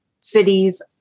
cities